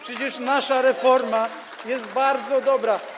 Przecież nasza reforma jest bardzo dobra.